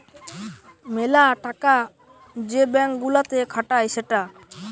মেলা টাকা যে ব্যাঙ্ক গুলাতে খাটায় সেটা